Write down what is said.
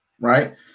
Right